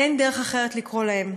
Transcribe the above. אין דרך אחרת לקרוא להם.